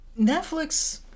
netflix